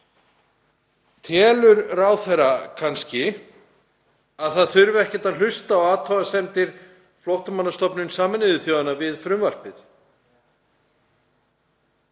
Telur ráðherra kannski að það þurfi ekkert að hlusta á athugasemdir Flóttamannastofnunar Sameinuðu þjóðanna við frumvarpið?